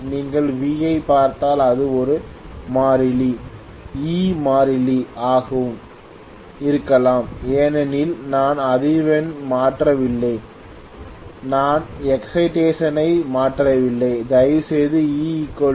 நீங்கள் V ஐப் பார்த்தால் அது ஒரு மாறிலி E மாறிலி ஆகவும் இருக்கலாம் ஏனெனில் நான் அதிர்வெண்ணை மாற்றவில்லை நான் எக்சைடேஷன் ஐ மாற்றவில்லை தயவுசெய்து E4